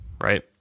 right